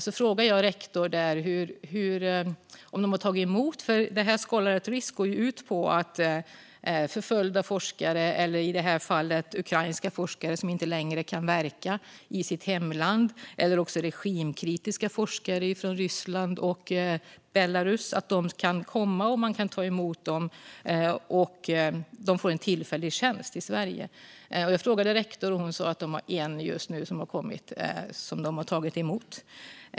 Scholars at Risk går ut på att förföljda forskare, eller i det här fallet ukrainska forskare, som inte längre kan verka i sitt hemland - det kan också vara regimkritiska forskare från till exempel Ryssland och Belarus - kan få en tillfällig tjänst i Sverige. Jag frågade rektor om detta, och hon sa att de har en forskare där just nu som de har tagit emot.